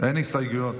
אין הסתייגויות,